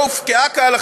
לא הופקעה כהלכה,